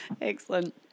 excellent